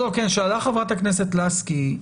שאלה חברת הכנסת לסקי.